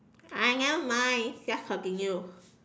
ah nevermind just continue